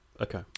Okay